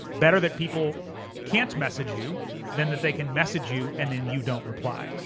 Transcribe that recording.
better that people can't message you than that they can message you and then you don't reply.